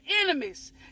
enemies